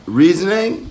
reasoning